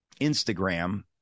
Instagram